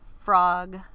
frog